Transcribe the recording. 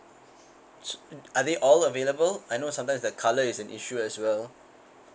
are they all available I know sometimes the color is an issue as well